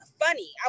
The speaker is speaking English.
funny